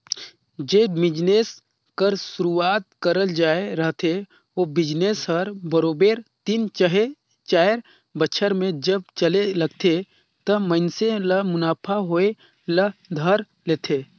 जेन बिजनेस कर सुरूवात करल जाए रहथे ओ बिजनेस हर बरोबेर तीन चहे चाएर बछर में जब चले लगथे त मइनसे ल मुनाफा होए ल धर लेथे